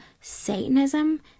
Satanism